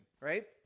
right